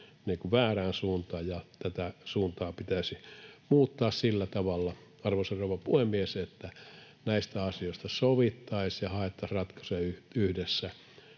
väärään suuntaan. Tätä suuntaa pitäisi muuttaa sillä tavalla, arvoisa rouva puhemies, että näistä asioista sovittaisiin ja haettaisiin ratkaisuja yhdessä.